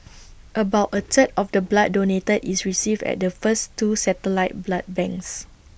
about A third of the blood donated is received at the first two satellite blood banks